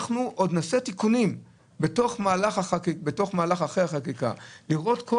אנחנו עוד נעשה תיקונים אחרי החקיקה כדי לראות את כל